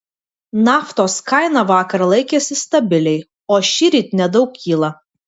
naftos kaina vakar laikėsi stabiliai o šįryt nedaug kyla